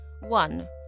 One